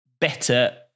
better